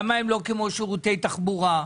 למה הם לא כמו שירותי תחבורה,